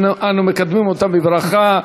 אנו מקדמים אותם בברכה.